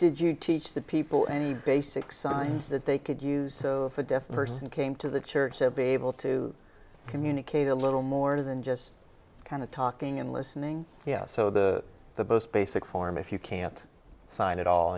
did you teach the people any basic signs that they could use a different person came to the church to be able to communicate a little more than just kind of talking and listening yes so the the most basic form if you can't sign at all